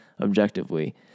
objectively